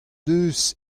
deus